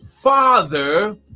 Father